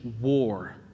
war